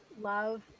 love